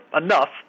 enough